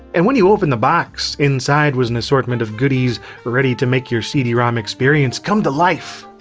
and when you opened the box, inside was an assortment of goodies ready to make your cd-rom experience come to life.